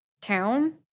town